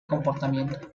comportamiento